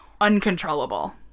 uncontrollable